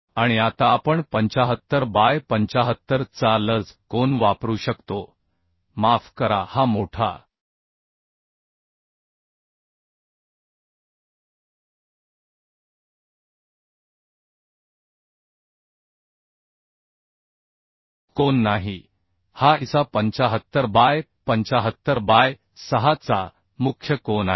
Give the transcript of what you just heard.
आणि आता आपण 75 बाय 75 चा लज कोन वापरू शकतो माफ करा हा मोठा कोन नाही हा ISA 75 बाय 75 बाय 6 चा मुख्य कोन आहे